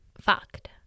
fucked